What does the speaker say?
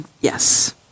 Yes